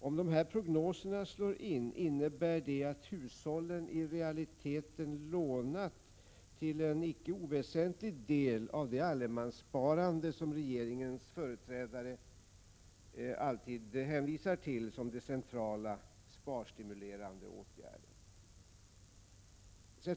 Om de här prognoserna slår in innebär det att hushållen i realiteten har lånat till en icke oväsentlig del av det allemanssparande som regeringens företrädare alltid hänvisar till som den centrala sparstimulerande åtgärden.